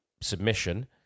submission